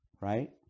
right